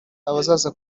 abazaza